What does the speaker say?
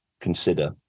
consider